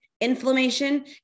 inflammation